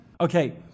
Okay